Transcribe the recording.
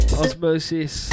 osmosis